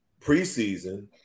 preseason